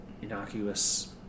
innocuous